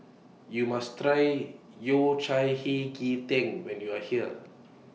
YOU must Try Yao Cai Hei Ji Tang when YOU Are here